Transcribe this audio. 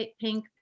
pink